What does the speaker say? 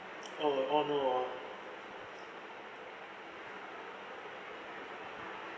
oh oh no